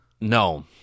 no